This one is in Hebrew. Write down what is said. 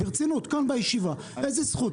ברצינות, כאן בישיבה, באיזה זכות?